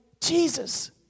Jesus